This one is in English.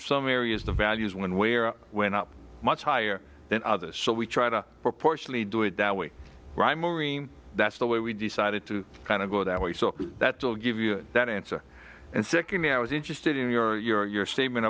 some areas the values when we are went up much higher than others so we try to proportionally do it that way that's the way we decided to kind of go that way so that will give you that answer and secondly i was interested in your statement